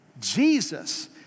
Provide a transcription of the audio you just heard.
Jesus